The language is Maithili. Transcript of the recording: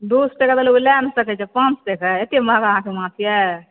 दू सए टके तऽ लोक लए नहि सकै छै पाँच सए टके एतय महँगा अहाँकेॅं माछ यऽ